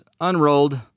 unrolled